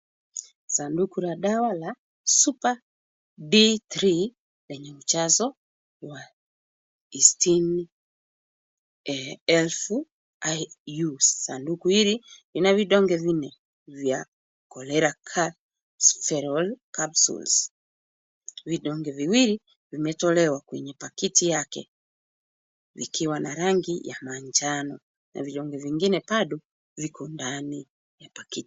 Sanduku la dawa la Super D3 , lenye ujazo wa 60,000 IU . Sanduku hili lina vidonge vinne vya Cholecalciferol capsules , vidonge viwili vimetolewa kwenye pakiti yake, vikiwa na rangi ya manjano. Na vidonge vingine bado viko ndani ya pakiti.